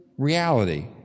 Reality